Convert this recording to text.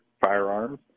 firearms